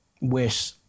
wish